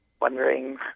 wondering